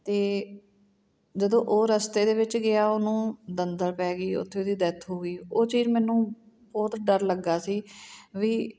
ਅਤੇ ਜਦੋਂ ਉਹ ਰਸਤੇ ਦੇ ਵਿੱਚ ਗਿਆ ਉਹਨੂੰ ਦੰਦਲ ਪੈ ਗਈ ਉੱਥੇ ਉਹਦੀ ਡੈਥ ਹੋ ਗਈ ਉਹ ਚੀਜ਼ ਮੈਨੂੰ ਬਹੁਤ ਡਰ ਲੱਗਾ ਸੀ ਵੀ